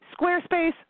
Squarespace